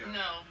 no